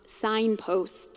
signposts